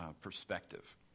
perspective